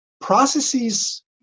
Processes